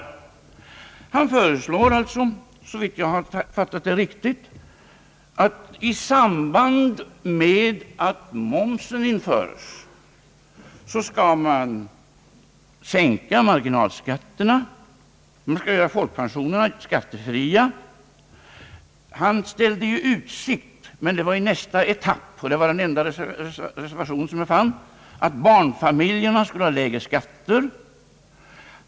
Herr Holmberg föreslår alltså, såvitt jag fattat honom riktigt, att man i samband med momsens införande skall sänka marginalskatterna, göra folkpensionerna skattefria och i nästa etapp — det var den enda reservation som jag fann — låta barnfa miljerna få lägre skatter.